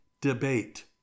debate